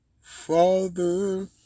Father